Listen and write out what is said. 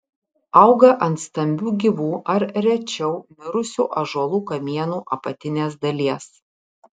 auga ant stambių gyvų ar rečiau mirusių ąžuolų kamienų apatinės dalies